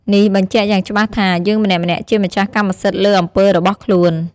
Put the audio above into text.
នេះបញ្ជាក់យ៉ាងច្បាស់ថា យើងម្នាក់ៗជាម្ចាស់កម្មសិទ្ធិលើអំពើរបស់ខ្លួន។